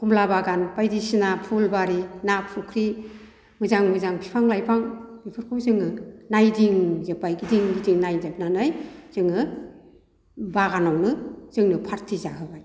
कमला बागान बायदिसिना फुलबारि ना फुख्रि मोजां मोजां फिफां लाइफां बेफोरखौ जोङो नायदिंजोबबाय गिदिं गिदिं नायजोबनानै जोङो बागानआवनो जोंनो पार्ति जाहोबाय